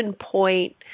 point